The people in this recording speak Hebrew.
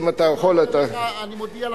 אני מודיע לכם,